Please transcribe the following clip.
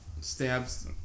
stabs